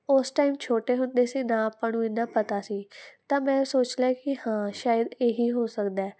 ਉਸ ਟਾਈਮ ਛੋਟੇ ਹੁੰਦੇ ਸੀ ਨਾ ਆਪਾਂ ਨੂੰ ਇੰਨਾ ਪਤਾ ਸੀ ਤਾਂ ਮੈਂ ਸੋਚ ਲਿਆ ਕੀ ਹਾਂ ਸ਼ਾਇਦ ਇਹੀ ਹੋ ਸਕਦਾ